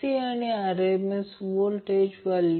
म्हणून I VZ आपल्याला 100 कोन 61